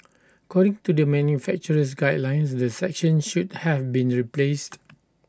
according to the manufacturer's guidelines the section should have been replaced